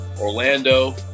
Orlando